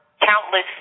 Countless